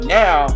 now